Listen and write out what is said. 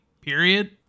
period